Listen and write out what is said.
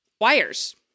wires